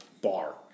bar